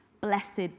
blessed